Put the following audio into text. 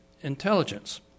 intelligence